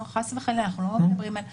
לא חס חלילה, אנחנו לא מדברים על כך.